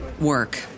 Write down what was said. work